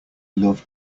love